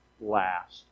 last